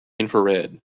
infrared